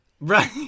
Right